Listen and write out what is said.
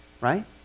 Right